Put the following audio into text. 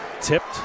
tipped